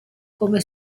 come